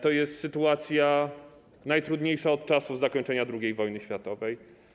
To jest sytuacja najtrudniejsza od czasu zakończenia II wojny światowej.